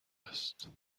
است